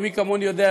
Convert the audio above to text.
ומי כמוני יודע,